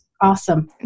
awesome